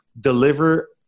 deliver